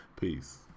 Peace